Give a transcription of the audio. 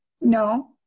No